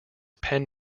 pen